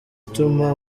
ituma